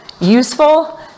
useful